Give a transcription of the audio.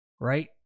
right